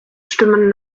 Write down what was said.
stimmen